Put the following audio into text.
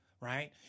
right